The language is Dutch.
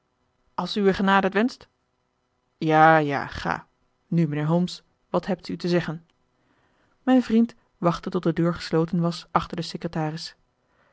als uwe genade t wenscht ja ja ga nu mijnheer holmes wat hebt u te zeggen mijn vriend wachtte tot de deur gesloten was achter den secretaris